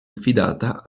affidata